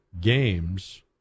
games